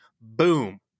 Boom